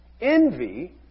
envy